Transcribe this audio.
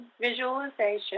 visualization